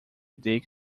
dick